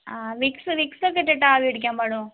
ആ Vicks Vicks ഒക്കെയിട്ടിട്ട് ആവി പിടിക്കാൻ പാടുണ്ടോ